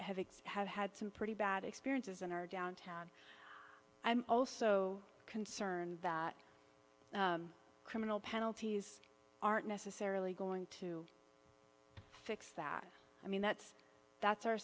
it's have had some pretty bad experiences in our downtown i'm also concerned that criminal penalties aren't necessarily going to fix that i mean that's that's our